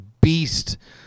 beast